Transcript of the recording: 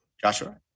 Joshua